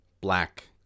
black